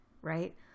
right